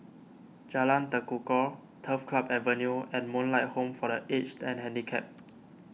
Jalan Tekukor Turf Club Avenue and Moonlight Home for the Aged and Handicapped